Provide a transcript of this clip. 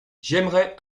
j’aimerais